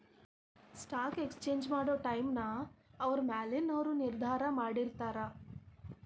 stock exchange ಮಾಡೊ ಟೈಮ್ನ ಅವ್ರ ಮ್ಯಾಲಿನವರು ನಿರ್ಧಾರ ಮಾಡಿರ್ತಾರ